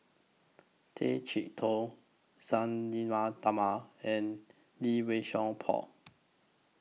Tay Chee Toh Sang Nila and Lee Wei Song Paul